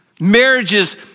Marriages